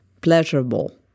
pleasurable